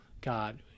God